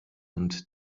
und